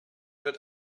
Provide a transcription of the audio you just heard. wird